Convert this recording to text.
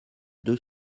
deux